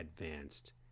advanced